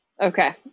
Okay